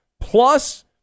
plus